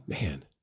Man